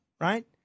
right